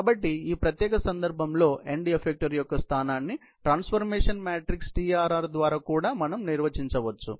కాబట్టి ఈ ప్రత్యేక సందర్భంలో ఎండ్ ఎఫెక్టర్ యొక్క స్థానాన్ని ట్రాన్స్ఫర్మేషన్ మ్యాట్రిక్స్ TRR ద్వారా కూడా మనం నిర్వచించాము